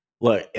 Look